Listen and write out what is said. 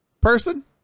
person